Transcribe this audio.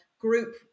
group